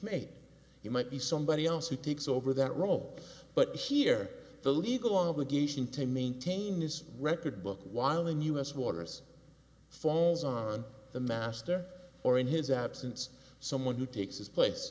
he might be somebody else who takes over that role but here the legal obligation to maintain his record book while in us waters falls on the master or in his absence someone who takes his place